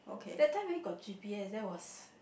that time where got G_P_S that was